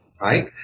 right